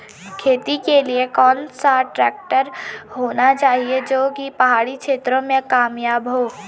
खेती के लिए कौन सा ट्रैक्टर होना चाहिए जो की पहाड़ी क्षेत्रों में कामयाब हो?